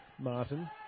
Martin